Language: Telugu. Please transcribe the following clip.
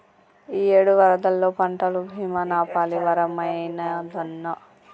ఇయ్యేడు వరదల్లో పంటల బీమా నాపాలి వరమైనాదన్నా